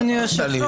אדוני היושב-ראש,